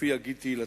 ופי יגיד תהילתך.